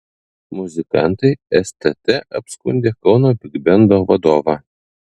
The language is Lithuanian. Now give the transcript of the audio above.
muzikantai stt apskundė kauno bigbendo vadovą